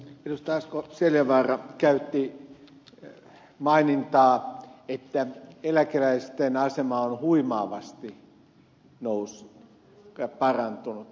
asko seljavaara käytti mainintaa että eläkeläisten asema on huimaavasti noussut ja parantunut